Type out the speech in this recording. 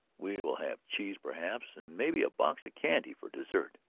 we will have cheese, perhaps, and maybe a box of candy for dessert.